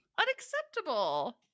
Unacceptable